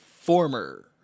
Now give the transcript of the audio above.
former